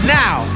now